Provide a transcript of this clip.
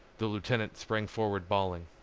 the lieutenant sprang forward bawling.